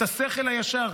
את השכל הישר,